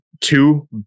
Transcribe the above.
Two